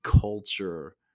culture